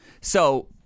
So-